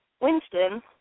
Winston